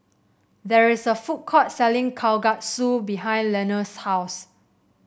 there is a food court selling Kalguksu behind Leonor's house